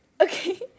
Okay